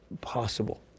possible